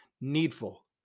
needful